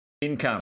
income